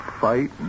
fight